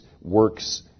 works